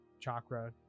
chakra